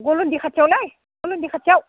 गलन्दि खाथियावलै गलन्दि खाथियाव